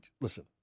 listen